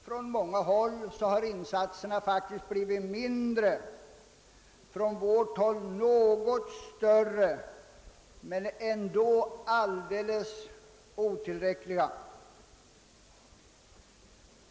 Från många håll har insatserna faktiskt minskat; från vårt håll har de ökat något men är ändå alldeles otillräckliga.